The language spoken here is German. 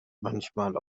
manchmal